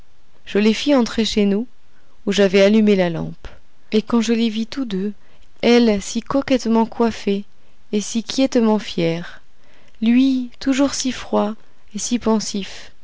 je les fis entrer chez nous où j'avais allumé la lampe et quand je les vis tous deux elle toujours si coquettement coiffée et si quiètement fière lui toujours si froid et si pensif